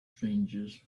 strangers